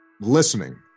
Listening